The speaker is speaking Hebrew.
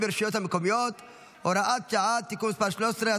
ברשויות המקומיות (הוראת שעה) (תיקון מס' 13),